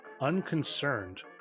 unconcerned